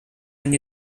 and